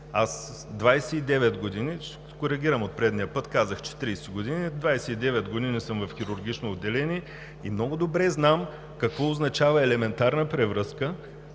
– ще се коригирам от предния път, казах, че 30 години – 29 години съм в хирургично отделение и много добре знам какво означава елементарна превръзка